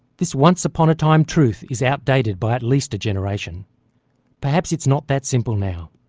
this, once upon a time truth, is outdated by at least a generation perhaps it's not that simple now,